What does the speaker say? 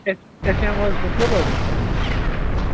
تیٚلہِ تیٚلہِ چھِنو حظ فُل حظ